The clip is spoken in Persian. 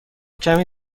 کمی